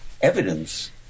evidence